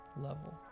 level